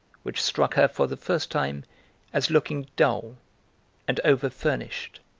which struck her for the first time as looking dull and over-furnished.